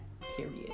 period